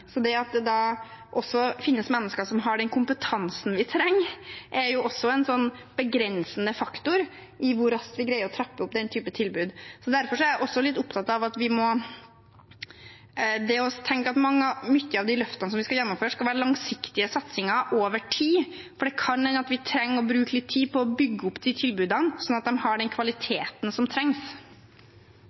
jo også en begrensende faktor i hvor raskt vi greier å trappe opp den typen tilbud. Derfor er jeg også litt opptatt av at mange av de løftene vi skal gjennomføre, skal være langsiktige satsinger over tid, for det kan hende at vi trenger å bruke litt tid på å bygge opp tilbudene, slik at de har den kvaliteten som trengs.